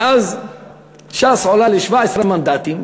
ואז ש"ס עולה ל-17 מנדטים.